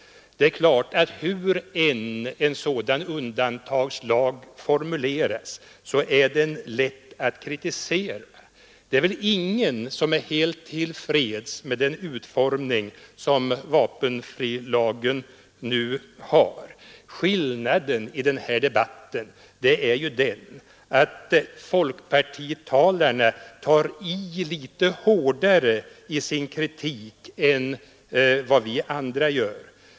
Hur en sådan undantagslag än formuleras är den naturligtvis lätt att kritisera. Det är väl ingen som är helt till freds med den utformning som vapenfrilagen nu har. Skillnaden mellan de olika partierna i den här debatten är att folkpartitalarna tar i litet hårdare i sin kritik än vi andra gör.